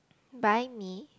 buy me